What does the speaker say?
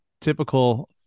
typical